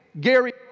Gary